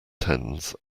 tens